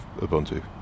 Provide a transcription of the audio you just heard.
Ubuntu